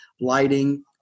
lighting